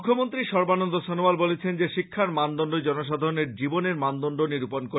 মুখ্যমন্ত্রী সর্বানন্দ সনোয়াল বলেছেন যে শিক্ষার মানদন্ডই জনসাধারণের জীবনের মানদন্ড নিরূপন করে